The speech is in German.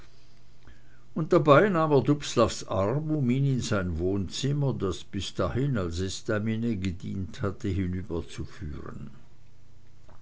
und dabei nahm er dubslavs arm um ihn in sein wohnzimmer das bis dahin als estaminet gedient hatte